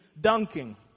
dunking